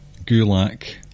Gulak